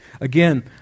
Again